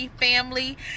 family